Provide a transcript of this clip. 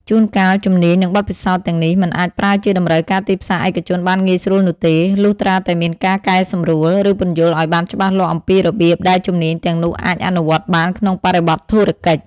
ជួនកាល ជំនាញ និងបទពិសោធន៍ទាំងនេះមិនអាចប្រើជាតម្រូវការទីផ្សារឯកជនបានងាយស្រួលនោះទេ លុះត្រាតែមានការកែសម្រួល ឬពន្យល់ឱ្យបានច្បាស់លាស់អំពីរបៀបដែលជំនាញទាំងនោះអាចអនុវត្តបានក្នុងបរិបទធុរកិច្ច។